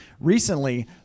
recently